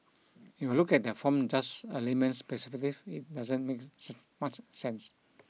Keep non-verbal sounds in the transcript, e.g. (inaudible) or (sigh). if I look at that from just a layman's perspective it doesn't make (unintelligible) much sense